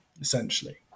essentially